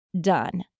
done